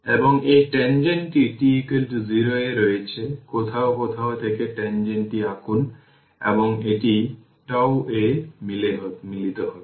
এবং এই টেনজেন্টটি t 0 এ রয়েছে কোথাও কোথাও থেকে টেনজেন্টটি আঁকুন এবং এটি τ এ মিলিত হবে